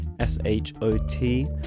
S-H-O-T